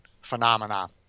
phenomena